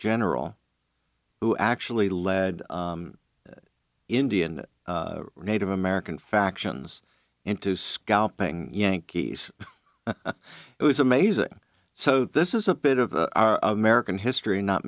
general who actually led indian or native american factions into scalping yankees it was amazing so this is a bit of american history not